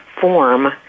form